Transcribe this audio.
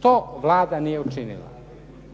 To Vlada nije učinila.